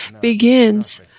begins